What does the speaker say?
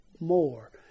more